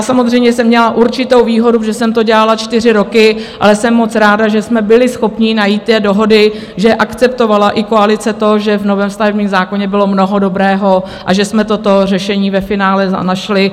Samozřejmě jsem měla určitou výhodu, protože jsem to dělala čtyři roky, ale jsem moc ráda, že jsme byli schopni najít dohody, že akceptovala i koalice to, že v novém stavebním zákoně bylo mnoho dobrého a že jsme toto řešení ve finále našli.